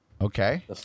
Okay